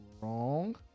wrong